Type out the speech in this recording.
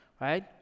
right